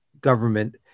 government